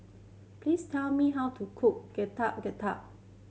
please tell me how to cook Getuk Getuk